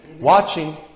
Watching